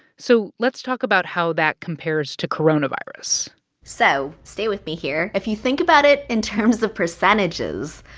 so let's talk about how that compares to coronavirus so stay with me here. if you think about it in terms of percentages,